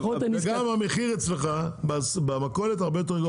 גם המחיר במכולת הוא הרבה יותר גבוה.